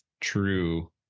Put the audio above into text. true